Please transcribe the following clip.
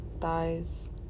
thighs